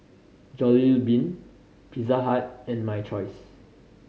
Jollibean Pizza Hut and My Choice